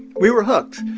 we were hooked.